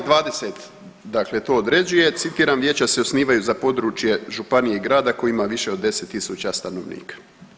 Čl. 20 dakle to određuje, citiram, vijeća se osnivaju za područje županije i grada koji ima više od 10 tisuća stanovnika.